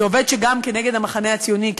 זה עובד שגם נגד המחנה הציוני,